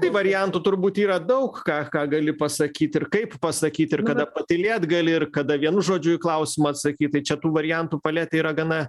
tai variantų turbūt yra daug ką ką gali pasakyt ir kaip pasakyt ir kada patylėt gali ir kada vienu žodžiu į klausimą atsakyt tai čia tų variantų paletė yra gana